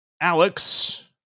Alex